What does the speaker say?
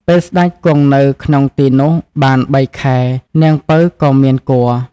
ពេលសេ្តចគង់នៅក្នុងទីនោះបានបីខែនាងពៅក៏មានគភ៌‌។